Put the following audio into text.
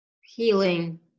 healing